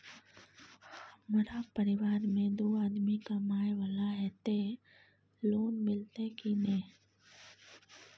हमरा परिवार में दू आदमी कमाए वाला हे ते लोन मिलते की ने?